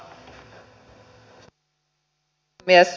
arvoisa puhemies